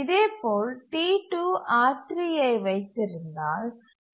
இதேபோல் T2 R3 ஐ வைத்திருந்தால்